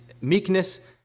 meekness